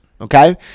Okay